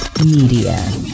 Media